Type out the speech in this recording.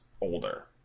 older